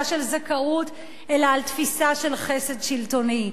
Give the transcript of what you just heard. של זכאות אלא על תפיסה של חסד שלטוני.